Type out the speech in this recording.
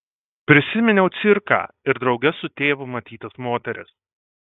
prisiminiau cirką ir drauge su tėvu matytas moteris